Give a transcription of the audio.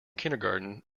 kindergarten